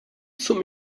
zum